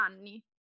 anni